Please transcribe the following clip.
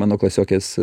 mano klasiokės